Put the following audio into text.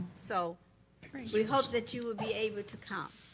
so we hope that you will be able to come.